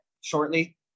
shortly